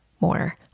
more